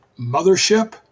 Mothership